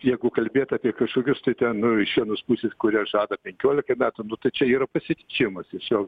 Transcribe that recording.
jeigu kalbėt apie kažkokius tai ten nu iš vienos pusės kurie žada penkiolika metų nu tai čia yra pasityčiojimas tiesiog